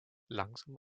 langsam